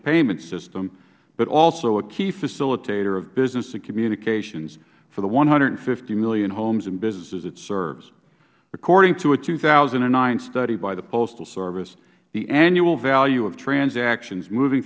payment system but also a key facilitator of business and communications for the one hundred and fifty million homes and businesses it serves according to a two thousand and nine study by the postal service the annual value of transactions moving